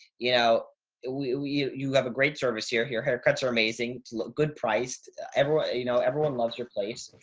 you know ah w we, you you have a great service here. here. hair cuts are amazing. look good priced everyone. you know, everyone loves your place.